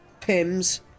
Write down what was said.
pims